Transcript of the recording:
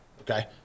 Okay